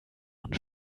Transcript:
und